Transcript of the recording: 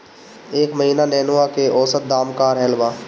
एह महीना नेनुआ के औसत दाम का रहल बा?